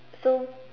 so